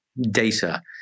data